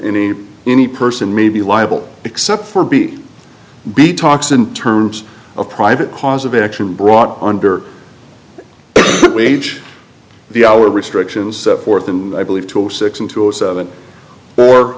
any any person may be liable except for be be talks in terms of private cause of action brought under wage the hour restrictions set forth and i believe till six in two zero seven or